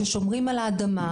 ששומרים על האדמה,